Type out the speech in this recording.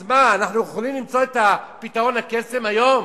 אז מה, אנחנו יכולים למצוא את פתרון הקסם היום?